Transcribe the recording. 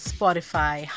Spotify